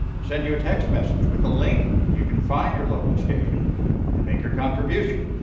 we'll send you a text message with a link where you can find your local station and make your contribution.